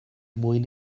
mwyn